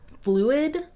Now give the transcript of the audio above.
fluid